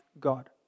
God